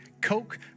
Coke